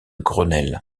grenelle